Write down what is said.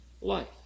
life